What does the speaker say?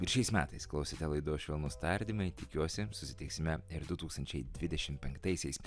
ir šiais metais klausėte laidos švelnūs tardymai tikiuosi susitiksime ir du tūkstančiai dvidešim penktaisiais